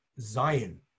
Zion